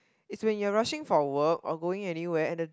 is when you're rushing for work or going anywhere and the